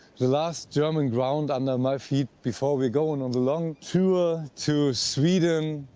the last german ground under my feet, before we go and on the long tour to sweden.